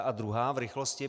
A druhá v rychlosti.